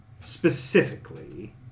specifically